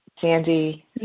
Sandy